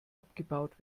abgebaut